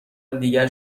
دیگر